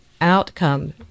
outcome